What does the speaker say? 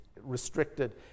restricted